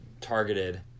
targeted